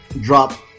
drop